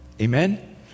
Amen